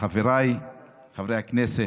חבריי חברי הכנסת,